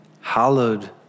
Hallowed